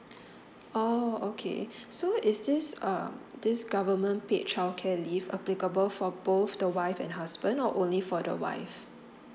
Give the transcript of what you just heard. oh okay so is this um this government paid childcare leave applicable for both the wife and husband or only for the wife